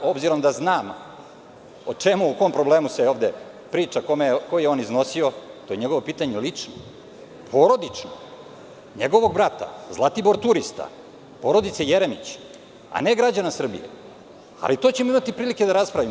Obzirom da znam o kom problemu se ovde priča, koji je on iznosio, to je njegovo pitanje lično, porodično, njegovog brata, Zlatibor turista, porodice Jeremić, a ne građana Srbije, imaćemo prilike da to raspravimo.